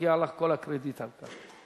מגיע לך כל הקרדיט על כך.